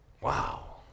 Wow